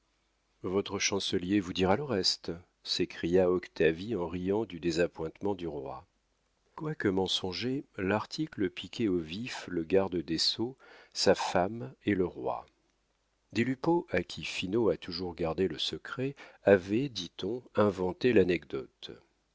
votre chancelier vous dira le reste s'écria octavie en riant du désappointement du roi quoique mensonger l'article piquait au vif le garde des sceaux sa femme et le roi des lupeaulx à qui finot a toujours gardé le secret avait dit-on inventé l'anecdote